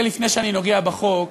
רגע לפני שאני נוגע בחוק,